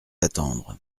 attendre